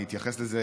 אני אתייחס לזה.